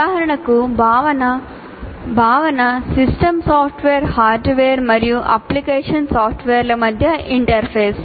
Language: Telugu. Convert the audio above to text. ఉదాహరణకు భావన "సిస్టమ్ సాఫ్ట్వేర్ హార్డ్వేర్ మరియు అప్లికేషన్ సాఫ్ట్వేర్ల మధ్య ఇంటర్ఫేస్